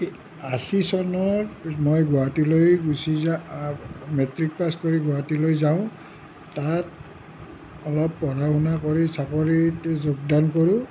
আছী চনত মই গুৱাহাটীলৈ গুচি যাই মেট্ৰিক পাছ কৰি গুৱাহাটীলৈ যাও তাত অলপ পঢ়া শুনা কৰি চাকৰিটোত যোগদান কৰোঁ